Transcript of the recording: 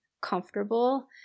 comfortable